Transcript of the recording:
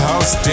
House